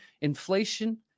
inflation